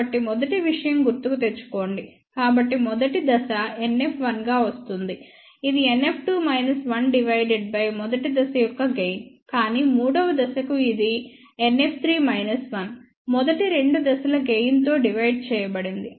కాబట్టి మునుపటి విషయం గుర్తుకు తెచ్చుకోండి కాబట్టి మొదటి దశ NF1గా వస్తుంది ఇది NF2 మైనస్ 1 డివైడెడ్ బై మొదటి దశ యొక్క గెయిన్ కానీ మూడవ దశకు ఇది NF3 మైనస్ 1 మొదటి రెండు దశల గెయిన్ తో డివైడ్ చేయబడింది